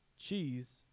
cheese